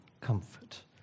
comfort